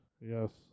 Yes